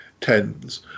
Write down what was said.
tens